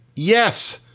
yes.